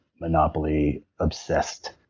monopoly-obsessed